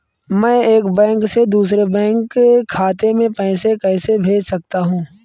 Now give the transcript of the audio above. मैं एक बैंक से दूसरे बैंक खाते में पैसे कैसे भेज सकता हूँ?